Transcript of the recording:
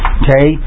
okay